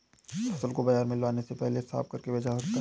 फसल को बाजार में लाने से पहले साफ करके बेचा जा सकता है?